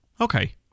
Okay